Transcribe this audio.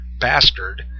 bastard